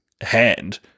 hand